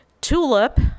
TULIP